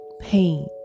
pain